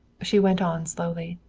she went on slowly.